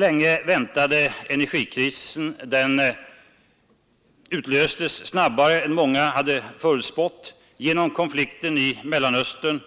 Dagens energikris utlöstes genom konflikten i Mellanöstern